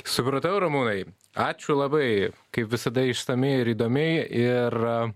supratau ramūnai ačiū labai kaip visada išsamiai ir įdomiai ir